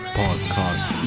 podcast